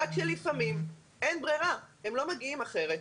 אלא שלפעמים אין ברירה כי אחרת הם לא מגיעים.